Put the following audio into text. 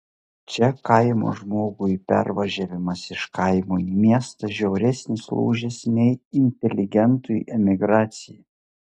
čia kaimo žmogui pervažiavimas iš kaimo į miestą žiauresnis lūžis nei inteligentui emigracija